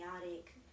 chaotic